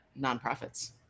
nonprofits